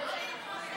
להעביר לוועדה